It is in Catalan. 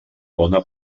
bona